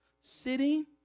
sitting